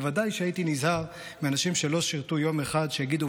בוודאי שהייתי נזהר מאנשים שלא שירתו יום אחר שיגידו